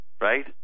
right